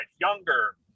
younger